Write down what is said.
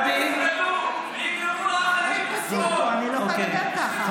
אני לא יכולה לדבר ככה.